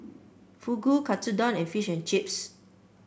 Fugu Katsudon and Fish and Chips